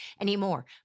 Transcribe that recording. anymore